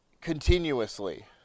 continuously